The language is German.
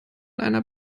einer